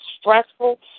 stressful